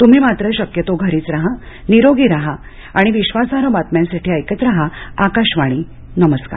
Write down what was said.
तुम्ही मात्र शक्यतो घरीच राहा निरोगी राहा आणि विश्वासार्ह बातम्यांसाठी ऐकत राहा आकाशवाणी नमस्कार